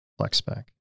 FlexSpec